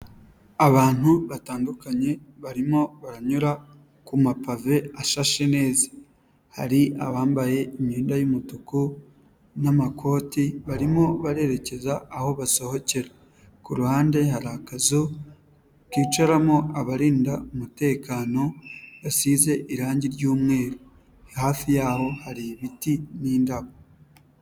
Abantu batandukanye barimo baranyura ku mapave ashashe neza, hari abambaye imyenda y'umutuku n'amakoti, barimo barererekeza aho basohokera, ku ruhande hari akazu kicaramo abarinda umutekano gasize irangi ry'umweru, hafi yaho hari ibiti n'indabo.